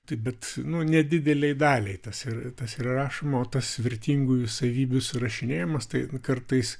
tai bet nu nedidelei daliai tas tas yra rašoma o tas vertingųjų savybių surašinėjamas tai kartais